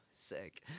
sick